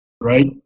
Right